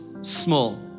small